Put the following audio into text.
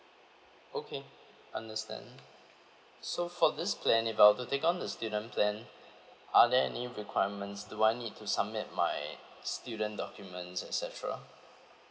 okay understand so for this plan if I were to take on the student plan are there any requirements do I need to submit my student documents et cetera